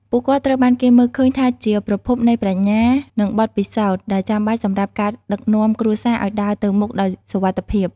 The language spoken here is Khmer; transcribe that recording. ពួកគាត់ត្រូវបានគេមើលឃើញថាជា ប្រភពនៃប្រាជ្ញា និងបទពិសោធន៍ ដែលចាំបាច់សម្រាប់ការដឹកនាំគ្រួសារឲ្យដើរទៅមុខដោយសុវត្ថិភាព។